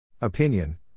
Opinion